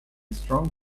strong